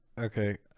Okay